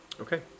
Okay